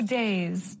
days